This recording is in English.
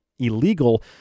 illegal